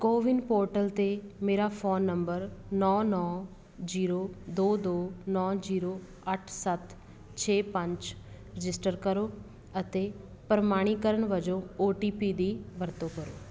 CoWIN portal 'ਤੇ ਮੇਰਾ phone number ਨੌ ਨੌ ਜ਼ੀਰੋ ਦੋ ਦੋ ਨੌ ਜ਼ੀਰੋ ਅੱਠ ਸੱਤ ਛੇ ਪੰਜ ਰਜਿਸਟਰ ਕਰੋ ਅਤੇ ਪ੍ਰਮਾਣੀਕਰਨ ਵਜੋਂ ਓ ਟੀ ਪੀ ਦੀ ਵਰਤੋਂ ਕਰੋ